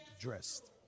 dressed